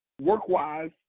work-wise